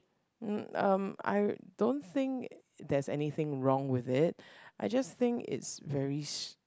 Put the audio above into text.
mm um I don't think there's anything wrong with it I just think it's very str~